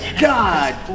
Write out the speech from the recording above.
God